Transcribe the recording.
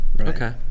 Okay